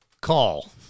call